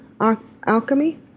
Alchemy